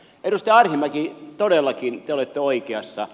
edustaja arhinmäki todellakin te olette oikeassa